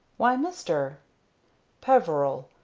why, mister peveril,